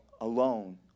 alone